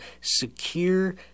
secure